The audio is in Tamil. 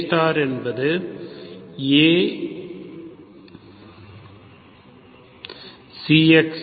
A என்பது Ax2 Bξx ξyCξy20